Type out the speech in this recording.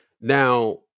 Now